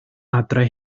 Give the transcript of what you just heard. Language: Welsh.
adre